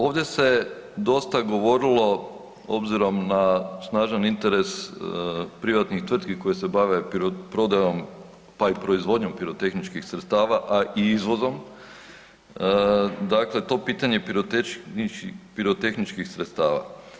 Ovdje se dosta govorilo obzirom na snažan interes privatnih tvrtki koje se bave prodajom, pa i proizvodnjom pirotehničkih sredstava, a i izvozom, dakle, to je pitanje pirotehničkih sredstava.